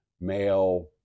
male